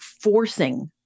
forcing